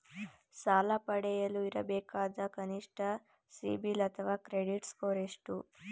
ಸಾಲ ಪಡೆಯಲು ಇರಬೇಕಾದ ಕನಿಷ್ಠ ಸಿಬಿಲ್ ಅಥವಾ ಕ್ರೆಡಿಟ್ ಸ್ಕೋರ್ ಎಷ್ಟು?